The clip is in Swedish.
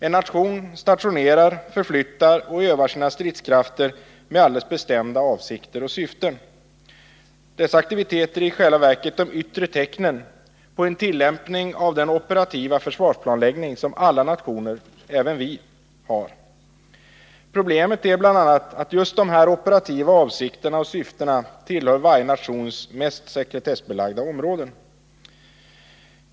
En nation stationerar, förflyttar och övar sina stridskrafter med alldeles bestämda avsikter och syften. Dessa aktiviteter är i själva verket de yttre tecknen på en tillämpning av den operativa försvarsplanläggning som alla nationer — även Sverige — har. Problemet är bl.a. att just de operativa avsikterna och syftena tillhör varje nations mest sekretessbelagda områden.